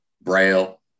braille